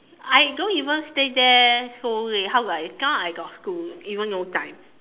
I don't even stay there so late cannot I got school even no time